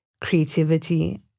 creativity